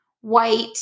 white